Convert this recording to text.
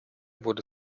wurde